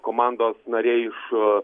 komandos nariai iš